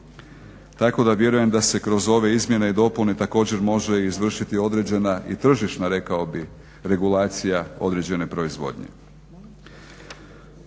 tako da vjerujem da se kroz ove izmjene i dopune također može izvršiti određena i tržišna rekao bih regulacija određene proizvodnje.